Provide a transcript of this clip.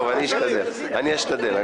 טוב, אני אשתדל.